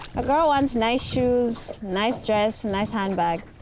a girl wants nice shoes, nice dress, and nice handbag.